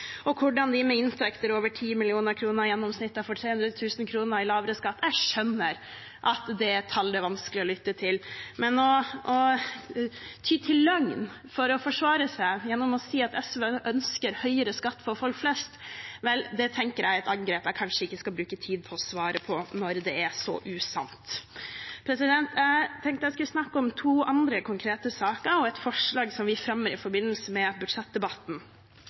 og hvordan de med inntekter over 10 mill. kr i gjennomsnitt får 300 000 kr i lavere skatt. – Jeg skjønner at det er tall det er vanskelig å lytte til. Men å ty til løgn for å forsvare seg ved å si at SV ønsker høyere skatt for folk flest, er et angrep jeg kanskje ikke skal bruke tid til å svare på, når det er så usant. Jeg tenkte jeg skulle snakke om to andre konkrete saker og et forslag vi fremmer i forbindelse med budsjettdebatten.